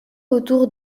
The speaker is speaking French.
autour